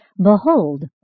Behold